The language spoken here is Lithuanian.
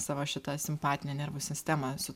savo šitą simpatinę nervų sistemą su